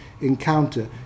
encounter